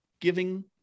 giving